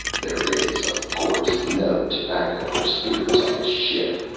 there is, of course, no tobacco or spirits on this ship.